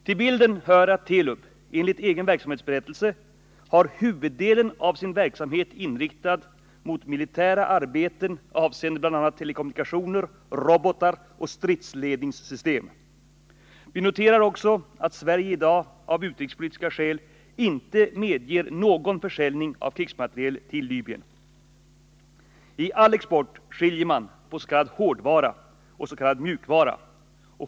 Till bilden hör att Telub — enligt egen verksamhetsberättelse — har huvuddelen av sin verksamhet inriktad mot militära arbeten avseende bl.a. telekommunikationer, robotar och stridsledningssystem. Vi noterar också att Sverige i dag, av utrikespolitiska skäl, inte medger någon försäljning av krigsmateriel till Libyen. I all export skiljer man på s.k. hårdvara och s.k. mjukvara.